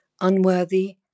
unworthy